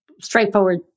straightforward